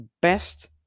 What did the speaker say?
best